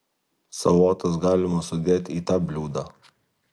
salotas galima sudėt į tą bliūdą